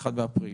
1 באפריל.